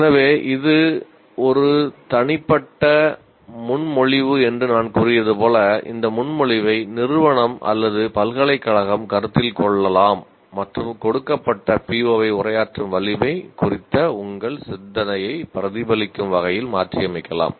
எனவே இது ஒரு தனிப்பட்ட முன்மொழிவு என்று நான் கூறியது போல இந்த முன்மொழிவை நிறுவனம் அல்லது பல்கலைக்கழகம் கருத்தில் கொள்ளலாம் மற்றும் கொடுக்கப்பட்ட POவை உரையாற்றும் வலிமை குறித்த உங்கள் சிந்தனையை பிரதிபலிக்கும் வகையில் மாற்றியமைக்கலாம்